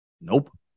Nope